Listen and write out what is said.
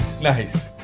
nice